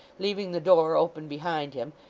leaving the door open behind him,